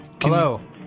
Hello